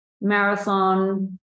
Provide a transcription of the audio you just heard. marathon